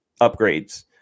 upgrades